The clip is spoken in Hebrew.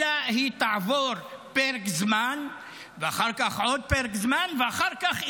אלא היא תעבור פרק זמן ואחר כך עוד פרק זמן ואחר כך,